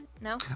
No